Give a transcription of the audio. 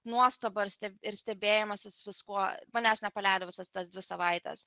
nuostaba ir stebėjimasis viskuo manęs nepaleido visas tas dvi savaites